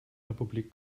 republik